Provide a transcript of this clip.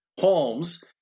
Holmes